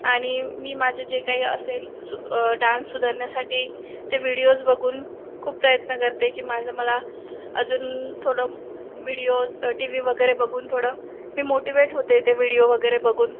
आणि मी माझं जे काही असेल डान्स सुधारण्यासाठी ते व्हिडिओज बघून खूप प्रयत्न करते की माझं मला अजून थोडं व्हिडिओज टीव्ही वगैरे बघून थोडं मोटीवेट मी होते ते विडिओ वगैरे बघून